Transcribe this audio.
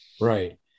Right